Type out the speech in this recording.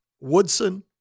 Woodson